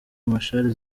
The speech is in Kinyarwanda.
machar